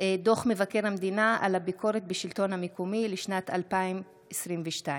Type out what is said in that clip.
דוח מבקר המדינה על הביקורת בשלטון המקומי לשנת 2022. תודה.